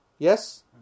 Yes